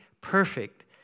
perfect